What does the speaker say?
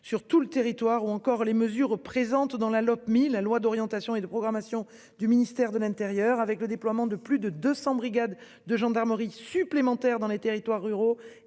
sur tout le territoire ou encore les mesures présente dans la Lopmi la loi d'orientation et de programmation du ministère de l'Intérieur avec le déploiement de plus de 200 brigades de gendarmerie supplémentaires dans les territoires ruraux